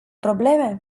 probleme